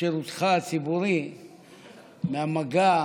שירותך הציבורי מהמגע